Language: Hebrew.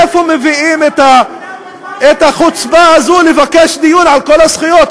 מאיפה אתם מביאים את החוצפה הזאת לבקש דיון על כל הזכויות?